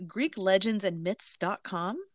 GreekLegendsAndMyths.com